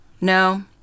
No